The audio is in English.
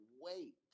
wait